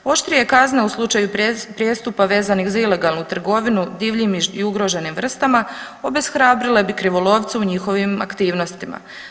Oštrije kazne u slučaju prijestupa vezanih za ilegalnu trgovinu divljim i ugroženim vrstama obeshrabrile bi krivolovce u njihovim aktivnostima.